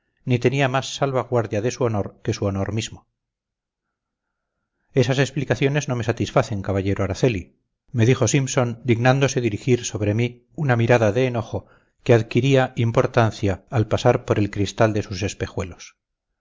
ni tenía más salvaguardia de su honor que su honor mismo esas explicaciones no me satisfacen caballero araceli me dijo simpson dignándose dirigir sobre mí una mirada de enojo que adquiría importancia al pasar por el cristal de sus espejuelos